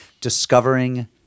discovering